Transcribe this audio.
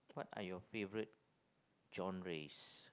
what are your favourite genres